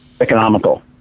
economical